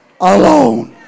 alone